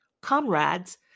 comrades